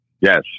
yes